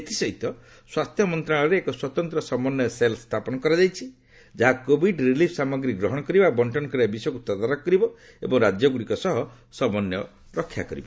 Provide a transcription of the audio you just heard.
ଏଥିସହିତ ସ୍ୱାସ୍ଥ୍ୟ ମନ୍ତରାଳୟରେ ଏକ ସ୍ୱତନ୍ତ୍ର ସମନ୍ୱୟ ସେଲ୍ ସ୍ଥାପନ କରାଯାଇଛି ଯାହା କୋଭିଡ୍ ରିଲିଫ୍ ସାମଗ୍ରୀ ଗ୍ରହଣ କରିବା ଓ ବଙ୍କନ କରିବା ବିଷୟକ୍ତ ତଦାରଖ କରିବ ଏବଂ ରାଜ୍ୟଗ୍ରଡ଼ିକ ସହ ସମନ୍ୱୟ ରକ୍ଷା କରିବ